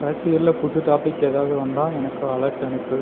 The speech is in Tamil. அரசியலில் புது டாபிக் ஏதாவது வந்தால் எனக்கு அலர்ட் அனுப்பு